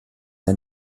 der